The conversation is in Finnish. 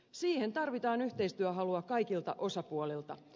siihen tarvitaan yhteistyöhalua kaikilta osapuolilta